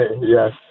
Yes